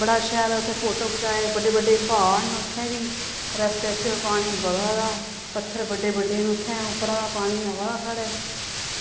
बड़ा शैल उत्थें फोटो खचाए बड्डे बड्डे प्हाड़ न उत्थें बी रस्ते च पानी बगा दा पत्थर बड्डे बड्डे न उत्थैं उप्परा दा पानी आवा दा साढ़ै